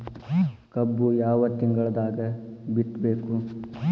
ಕಬ್ಬು ಯಾವ ತಿಂಗಳದಾಗ ಬಿತ್ತಬೇಕು?